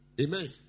Amen